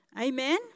Amen